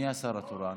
מי השר התורן?